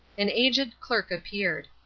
an aged clerk appeared.